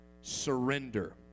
surrender